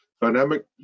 Dynamic